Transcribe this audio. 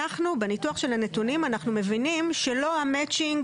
בניתוח הנתונים אנחנו מבינים שלא המצ'ינג